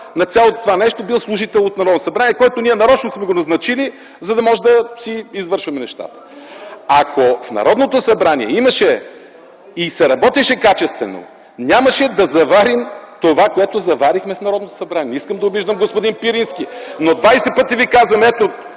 на цялото това нещо бил служител от Народното събрание, който ние нарочно сме назначили, за да можем да си извършваме нещата. Ако в Народното събрание имаше и се работеше качествено, нямаше да заварим това, което заварихме в Народното събрание. Не искам да обиждам господин Пирински, но 20 пъти ви казвам: ето,